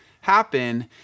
happen